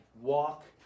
Walk